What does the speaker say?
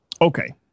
Okay